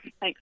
Thanks